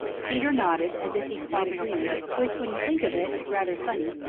peter nodded as if he quite agreed, which, when you think of it, is rather funny,